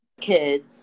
kids